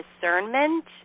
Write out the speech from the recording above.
discernment